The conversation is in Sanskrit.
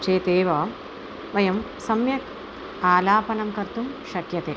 चेदेव वयं सम्यक् आलापनं कर्तुं शक्यते